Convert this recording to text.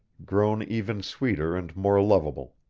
grown even sweeter and more lovable,